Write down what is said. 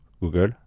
google